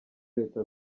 leta